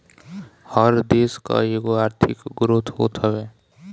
हर देस कअ एगो आर्थिक ग्रोथ होत हवे